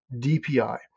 DPI